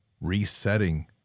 resetting